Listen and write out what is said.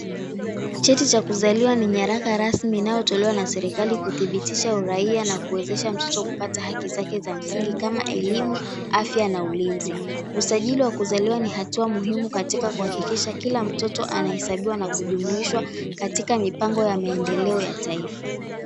Cheti cha kuzaliwa ni nyaraka rasmi inayotolewa na serikali kuthibitisha uraia na kuwezesha mtoto kupata haki zake za msingi kama elimu, afya na ulinzi. Usajili wa kuzaliwa ni hatua muhimu katika kuhakikisha kila mtoto anahesabiwa na kujumuishwa katika mipango ya maendeleo ya taifa.